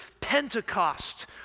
Pentecost